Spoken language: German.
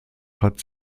hat